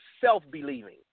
Self-believing